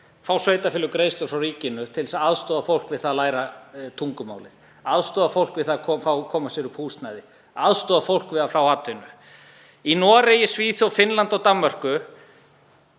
fá sveitarfélög greiðslur frá ríkinu til þess að aðstoða fólk við að læra tungumálið, aðstoða fólk við að koma sér upp húsnæði, aðstoða fólk við að fá atvinnu. Í Noregi, Svíþjóð, Finnlandi og Danmörku